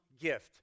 gift